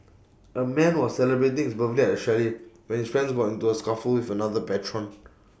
A man was celebrating his birthday at A chalet when his friends got into A scuffle with another patron